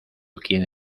quien